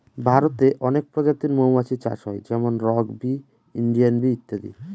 ভারতে অনেক প্রজাতির মৌমাছি চাষ হয় যেমন রক বি, ইন্ডিয়ান বি ইত্যাদি